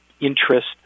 interest